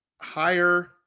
higher